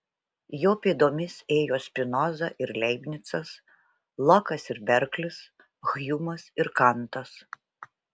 jo pėdomis ėjo spinoza ir leibnicas lokas ir berklis hjumas ir kantas